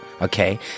Okay